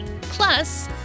Plus